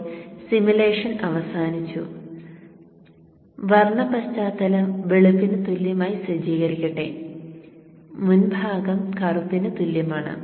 ഇപ്പോൾ സിമുലേഷൻ അവസാനിച്ചു വർണ്ണ പശ്ചാത്തലം വെളുപ്പിന് തുല്യമായി സജ്ജീകരിക്കട്ടെ മുൻഭാഗം കറുപ്പിന് തുല്യമാണ്